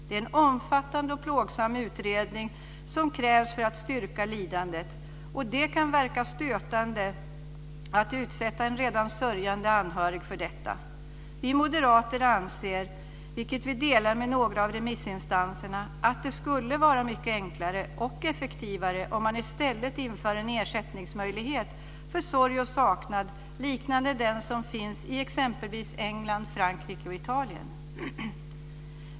Det är en omfattande och plågsam utredning som krävs för att styrka lidandet. Det kan verka stötande att utsätta en redan sörjande anhörig för detta. Vi moderater anser, vilket vi delar med några av remissinstanserna, att det skulle vara mycket enklare och effektivare om man i stället inför en ersättningsmöjlighet för sorg och saknad, liknande den som finns i exempelvis England, Frankrike och Italien.